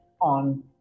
on